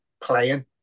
playing